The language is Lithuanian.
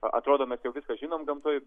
atrodo mes jau viską žinom gamtoj